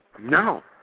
No